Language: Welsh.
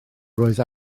roedd